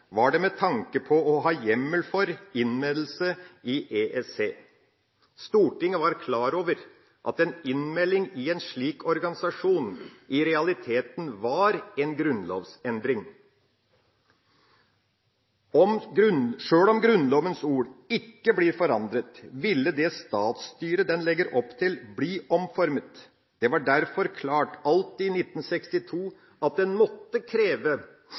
var det med tanke på å ha hjemmel for innmeldelse i EEC. Stortinget var klar over at en innmelding i en slik organisasjon i realiteten var en grunnlovsendring. Sjøl om Grunnlovens ord ikke ble forandret, ville det statsstyret den legger opp til, bli omformet. Det var derfor klart, alt i 1962, at det måtte